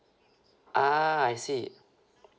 ah I see